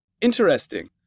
Interesting